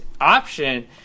option